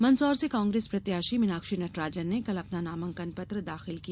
मंदसौर से कांग्रेस प्रत्याशी मीनाक्षी नटराजन ने कल अपना नामांकन पत्र दाखिल किया